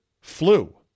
flu